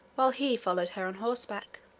while he followed her on horseback.